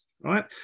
right